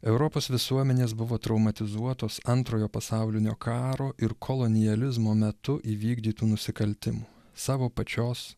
europos visuomenės buvo traumatizmuotos antrojo pasaulinio karo ir kolonializmo metu įvykdytų nusikaltimų savo pačios